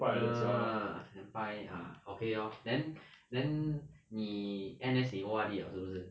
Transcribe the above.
uh senpai ah okay lor then then 你 N_S 你 O_R_D liao 是不是